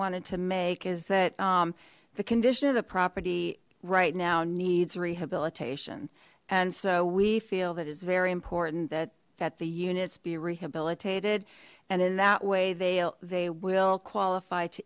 wanted to make is that the condition of the property right now needs rehabilitation and so we feel that it's very important that that the units be rehabilitated and in that way they will qualify to